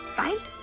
fight